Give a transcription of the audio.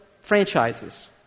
franchises